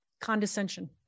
condescension